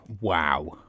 wow